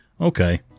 Okay